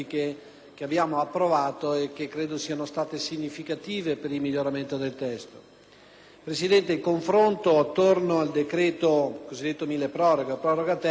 Presidente, il confronto intorno al decreto-legge cosiddetto milleproroghe o proroga termini è un confronto che, dal punto di vista del metodo, si ripete ogni anno